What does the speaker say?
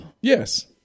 Yes